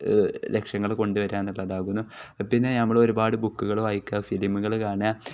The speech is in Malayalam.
ലക്ഷ്യങ്ങൾ കൊണ്ട് വരാമെന്നുള്ളതാകുന്നു പിന്നെ നമ്മൾ ഒരുപാട് ബുക്കുകൾ വായിക്കുക ഫിലിമുകൾ കാണുക